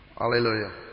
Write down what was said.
Hallelujah